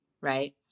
Right